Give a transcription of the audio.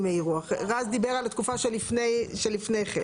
של חומרים שיובאו עדיין לפני השינוי,